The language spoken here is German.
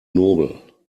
nobel